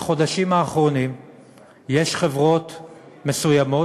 בחודשים האחרונים יש חברות מסוימות,